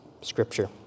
scripture